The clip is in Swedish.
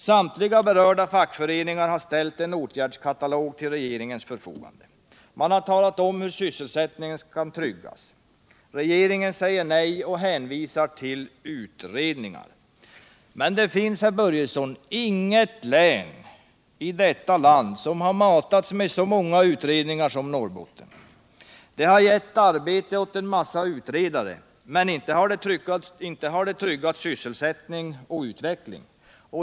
Samtliga berörda fackföreningar har ställt en åtgärdskatalog till regeringens förfogande. Man talar om hur sysselsättningen kan tryggas. Regeringen säger nej och hänvisar till utredningar. Det finns, herr Börjesson, inget län i detta land som har matats med så många utredningar som Norrbotten. Det har gett arbete åt en massa utredare, men inte har det tryggat sysselsättning och utveckling!